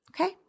okay